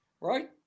right